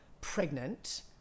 pregnant